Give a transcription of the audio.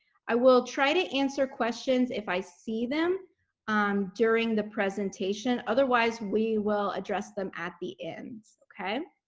i will try to answer questions if i see them um during the presentation. otherwise, we will address them at the end. okay?